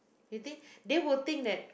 you think they will think that